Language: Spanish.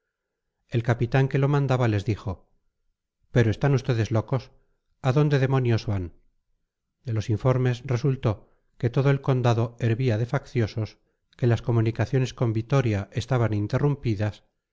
el capitán que lo mandaba les dijo pero están ustedes locos a dónde demonios van de los informes resultó que todo el condado hervía de facciosos que las comunicaciones con vitoria estaban interrumpidas